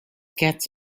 gets